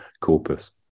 corpus